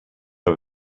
are